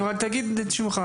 תוך דגש על נשים.